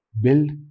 Build